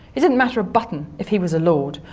it didn't matter a button if he was a lord,